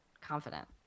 confident